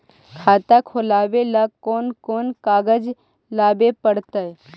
खाता खोलाबे ल कोन कोन कागज लाबे पड़तै?